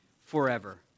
forever